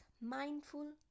mindful